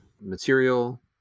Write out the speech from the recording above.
material